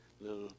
little